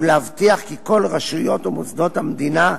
ולהבטיח כי כל רשויות ומוסדות המדינה,